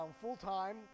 full-time